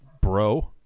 bro